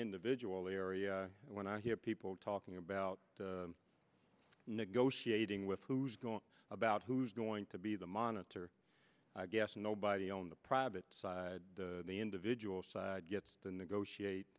individual area when i hear people talking about negotiating with who's going about who's going to be the monitor i guess nobody on the private side the individual side gets to negotiate